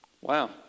Wow